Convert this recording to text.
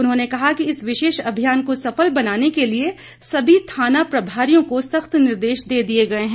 उन्होंने कहा कि इस विशेष अभियान को सफल बनाने के लिए सभी थाना प्रभारियों को सख्त निर्देश दिए गए हैं